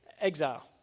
Exile